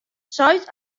seis